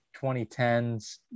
2010s